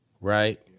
Right